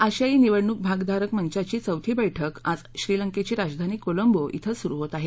आशियाई निवडणूक भागधारक मंचाची चौथी बैठक आज श्रीलंकेची राजधानी कोलंबो इथं सुरु होत आहे